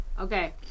Okay